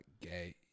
gay